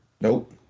Nope